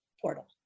portal